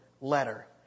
letter